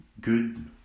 good